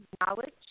knowledge